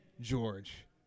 George